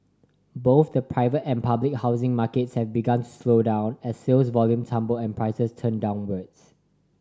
both the private and public housing markets have begun slow down as sales volume tumble and prices turn downwards